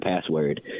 password